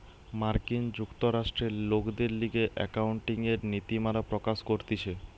মার্কিন যুক্তরাষ্ট্রে লোকদের লিগে একাউন্টিংএর নীতিমালা প্রকাশ করতিছে